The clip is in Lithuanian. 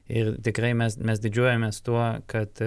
ir tikrai mes mes didžiuojamės tuo kad